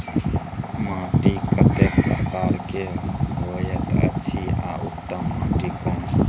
माटी कतेक प्रकार के होयत अछि आ उत्तम माटी कोन?